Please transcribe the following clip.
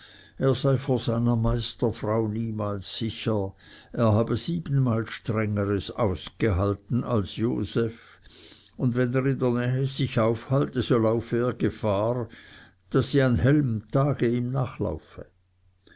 er sei vor seiner meisterfrau niemals sicher er habe siebenmal strengeres ausgehalten als joseph und wenn er in der nähe sich aufhalte so laufe er gefahr daß sie am hellen tage ihm nachlaufe